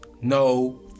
no